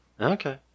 Okay